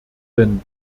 denn